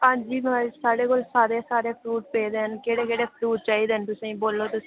हांजी साढ़े कोल सारे सारे फ्रूट पेदे न केह्डे़ केह्ड़े फ्रूट चाहिदे तुसेंगी बोल्लो तुस